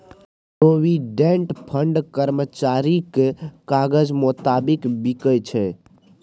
provident fund कर्मचारीक काजक मोताबिक बिकै छै